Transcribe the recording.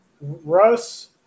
Russ